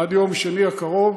עד יום השני הקרוב.